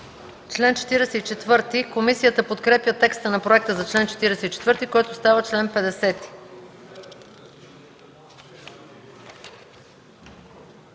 чл. 52. Комисията подкрепя текста на проекта за чл. 47, който става чл. 53.